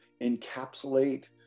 encapsulate